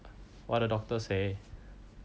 what the doctor say